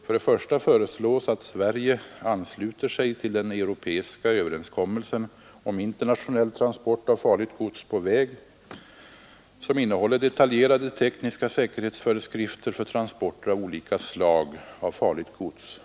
För det första föreslås att Sverige ansluter sig till den europeiska överenskommelsen om internationell transport av farligt gods på väg. Den överenskommelsen innehåller detaljerade tekniska säkerhetsföreskrifter för transporter av olika slag av farligt gods.